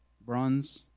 bronze